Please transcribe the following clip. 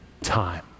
time